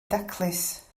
daclus